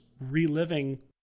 reliving